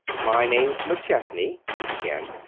my name's mcchesney, he began.